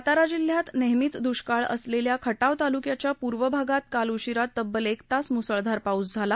सातारा जिल्ह्यात नेहमीच दुष्काळ असलेल्या खटाव तालुक्याच्या पूर्व भागात काल उशिरा तब्बल एक तास मुसळधार पाऊस पडला